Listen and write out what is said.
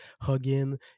hugging